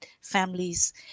families